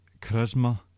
charisma